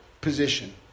position